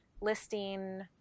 listing